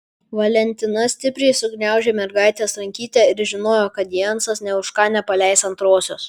valentina stipriai sugniaužė mergaitės rankytę ir žinojo kad jensas nė už ką nepaleis antrosios